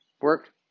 Work